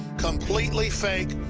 completely fake,